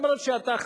למרות שאתה,